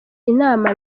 inama